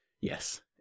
yes